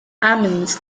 amends